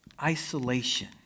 Isolation